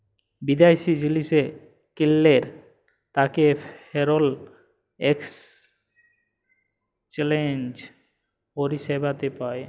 বিদ্যাশি জিলিস কিললে তাতে ফরেল একসচ্যানেজ পরিসেবাতে পায়